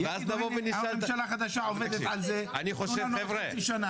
יגידו שהממשלה החדשה עובדת על זה ויבקשו להאריך את הוראת השעה